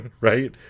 right